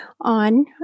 on